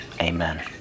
Amen